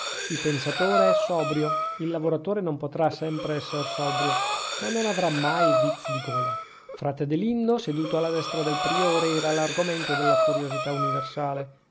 il pensatore è sobrio il lavoratore non potrà sempre esser sobrio ma non avrà mai vizi di gola frate adelindo seduto alla destra del priore era l'argomento della curiosità universale